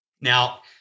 Now